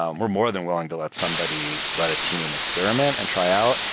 um we're more than willing to let somebody let a team experiment and try out.